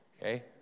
okay